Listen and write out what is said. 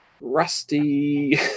rusty